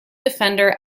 defender